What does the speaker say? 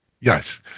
Yes